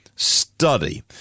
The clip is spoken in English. study